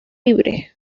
libre